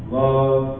love